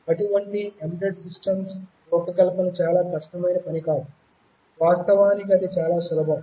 అటువంటి embedded system రూపకల్పన చాలా కష్టమైన పని కాదు వాస్తవానికి ఇది చాలా సులభం